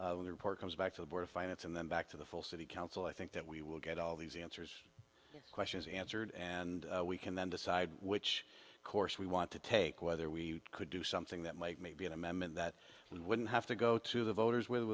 april when the report comes back to the board of finance and then back to the full city council i think that we will get all these answers questions answered and we can then decide which course we want to take whether we could do something that might maybe an amendment that and wouldn't have to go to the voters with